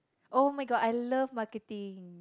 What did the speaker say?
oh-my-god I love marketing